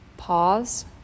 Pause